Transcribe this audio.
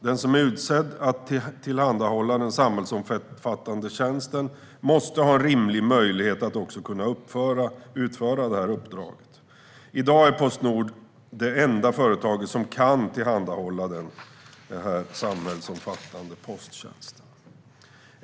Den som är utsedd att tillhandahålla den samhällsomfattande tjänsten måste ha en rimlig möjlighet att utföra uppdraget. I dag är Postnord det enda företag som kan tillhandahålla den samhällsomfattande posttjänsten.